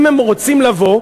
אם הם רוצים לבוא,